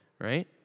right